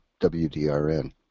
wdrn